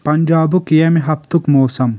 پنجابُک ییٚمہ ہفتُک موسم